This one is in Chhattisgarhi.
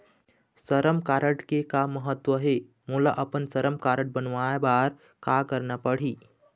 श्रम कारड के का महत्व हे, मोला अपन श्रम कारड बनवाए बार का करना पढ़ही?